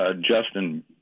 Justin